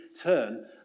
turn